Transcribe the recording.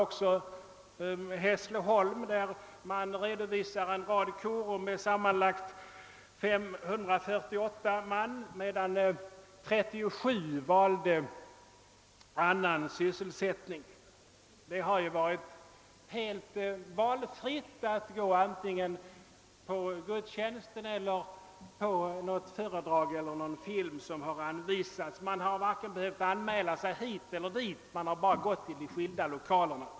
Tag Hässleholm, där man redovisar att i korum deltog sammanlagt 548 man, medan 37 valde annan sysselsättning. Soldaterna har haft sin fria vilja att antingen delta i gudstjänsten eller ägna sig åt något föredrag eller någon film. De har varken behövt anmäla sig till det ena eller det andra, utan bara gått till de skilda lokalerna.